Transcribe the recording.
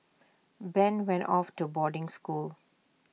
Ben went off to boarding school